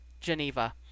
Geneva